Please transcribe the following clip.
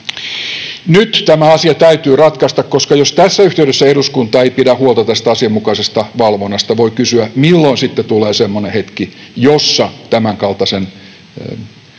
Nyt tämä asia täytyy ratkaista, koska jos tässä yhteydessä eduskunta ei pidä huolta asianmukaisesta valvonnasta, voi kysyä, milloin sitten tulee semmoinen hetki, jossa tämänkaltaiseen